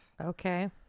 Okay